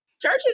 Churches